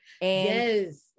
Yes